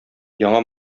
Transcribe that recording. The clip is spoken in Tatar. яңа